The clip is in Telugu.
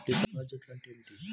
డిపాజిట్లు అంటే ఏమిటి?